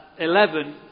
11